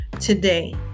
today